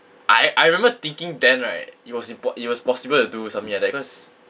I I remember thinking then right it was impo~ it was possible to do something like that cause